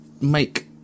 make